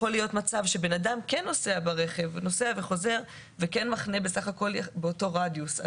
יכול להיות מצב שאדם כן נוסע ברכב ומחנה בסך הכול באותו רדיוס.